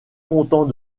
contents